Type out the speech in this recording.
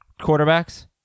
quarterbacks